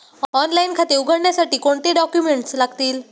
Online खाते उघडण्यासाठी कोणते डॉक्युमेंट्स लागतील?